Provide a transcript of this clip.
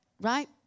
right